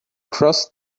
cross